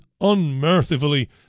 unmercifully